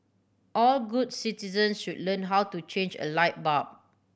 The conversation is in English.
all good citizen should learn how to change a light bulb